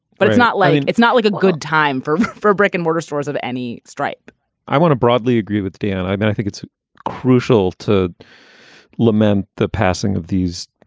but it's not like it's not like a good time for a brick and mortar stores of any stripe i want to broadly agree with dean. and i mean, i think it's crucial to lament the passing of these,